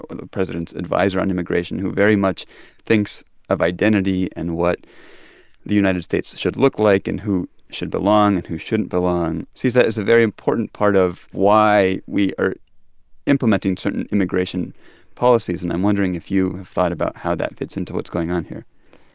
ah the president's adviser on immigration, who very much thinks of identity and what the united states should look like and who should belong and who shouldn't belong, sees that as a very important part of why we are implementing certain immigration policies. and i'm wondering if you have thought about how that fits into what's going on here